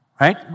Right